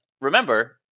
remember